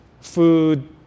food